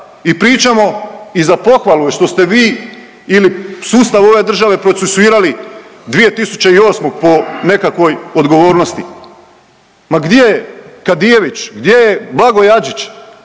i pričamo i za pohvalu je što ste vi ili sustav ove države procesuirali dvije tisuće i osmog po nekakvoj odgovornosti. Ma gdje je Kadijević, gdje je Blago Jadžić?